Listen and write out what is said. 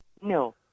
No